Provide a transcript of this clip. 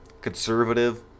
Conservative